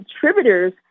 contributors